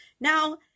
now